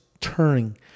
turning